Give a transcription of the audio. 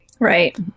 Right